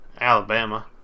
Alabama